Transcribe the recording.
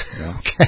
okay